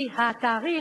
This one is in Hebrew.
שאתבדה.